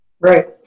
Right